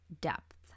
depth